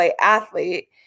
athlete